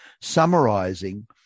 summarizing